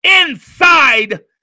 Inside